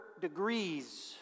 degrees